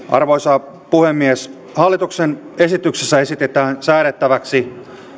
arvoisa puhemies hallituksen esityksessä esitetään säädettäväksi